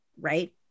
right